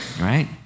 Right